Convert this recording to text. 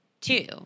Two